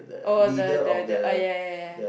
oh the the the oh ya ya ya ya